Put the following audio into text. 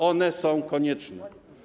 One są konieczne.